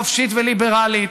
חופשית וליברלית,